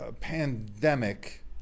pandemic